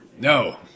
No